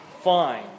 fine